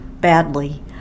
badly